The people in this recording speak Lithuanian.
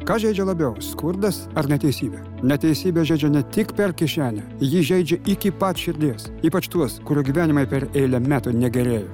kas žeidžia labiau skurdas ar neteisybė neteisybė žeidžia ne tik per kišenę ji žeidžia iki pat širdies ypač tuos kurių gyvenimai per eilę metų negerėja